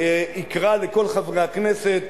אני מבקש,